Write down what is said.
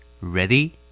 ready